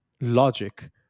logic